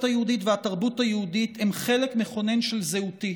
היהודית והתרבות היהודית הם חלק מכונן של זהותי,